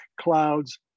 clouds